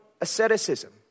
asceticism